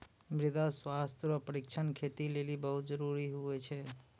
मृदा स्वास्थ्य रो परीक्षण खेती लेली बहुत जरूरी हुवै छै